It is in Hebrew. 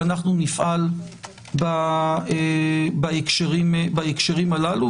ונפעל בהקשרים הללו,